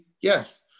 Yes